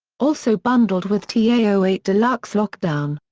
also bundled with ta eight deluxe lockdown.